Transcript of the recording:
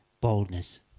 boldness